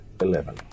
eleven